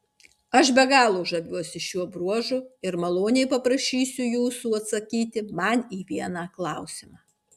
aš be galo žaviuosi šiuo bruožu ir maloniai paprašysiu jūsų atsakyti man į vieną klausimą